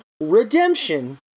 redemption